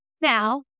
Now